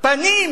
פנים